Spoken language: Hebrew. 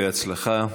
בהצלחה.